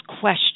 question